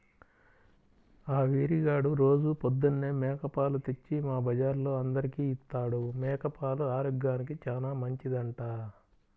ఆ వీరిగాడు రోజూ పొద్దన్నే మేక పాలు తెచ్చి మా బజార్లో అందరికీ ఇత్తాడు, మేక పాలు ఆరోగ్యానికి చానా మంచిదంట